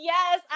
Yes